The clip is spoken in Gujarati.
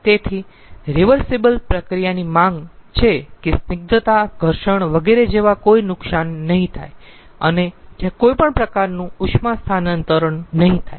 તેથી રીવર્સીબલ પ્રક્રિયાની માંગ છે કે સ્નિગ્ધતા ઘર્ષણ વગેરે જેવા કોઈ નુકસાન નહીં થાય અને ત્યાં કોઈ પણ પ્રકારનું ઉષ્મા સ્થાનાંતરણ નહીં થાય